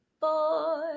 boy